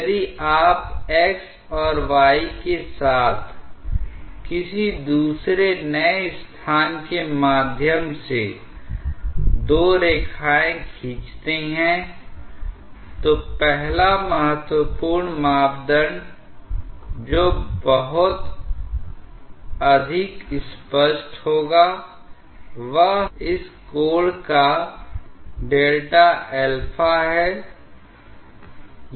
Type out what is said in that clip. यदि आप x और y के साथ किसी दूसरे नए स्थान के माध्यम से दो रेखाएँ खींचते हैं तो पहला महत्वपूर्ण मापदण्ड जो बहुत अधिक स्पष्ट होगा वह इस कोण का Δα है